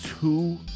two